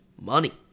Money